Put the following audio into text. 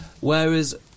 whereas